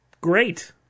Great